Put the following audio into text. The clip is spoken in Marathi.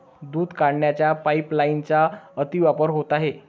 दूध काढण्याच्या पाइपलाइनचा अतिवापर होत आहे